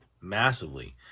massively